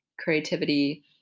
Creativity